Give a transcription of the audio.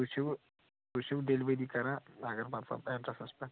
تُہۍ چھُوٕ تُہۍ چھُوٕ ڈِلوٕری کران اگر مطلب ایٚڈرَسس پیٚٹھ